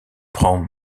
prend